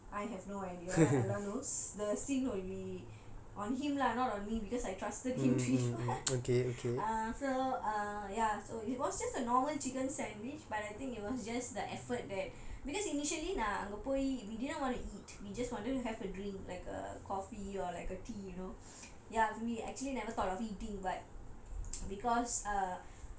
I have no idea the sin will be on him lah not on me because I trusted him to eat [what] uh so ya uh so it was just a normal chicken sandwich but I think it was just the effort that because initially நான் அங்க போய்:naan anga poi we didn't want to eat we just wanted to have a drink like a coffee or like a tea you know ya we we actually never thought of eating but